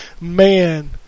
Man